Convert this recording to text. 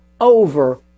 over